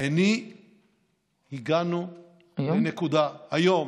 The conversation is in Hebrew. הגענו לנקודה, היום?